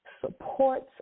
supports